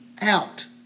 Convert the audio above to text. out